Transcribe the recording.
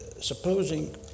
supposing